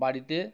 বাড়িতে